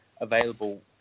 available